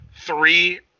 three